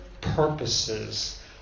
purposes